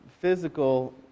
physical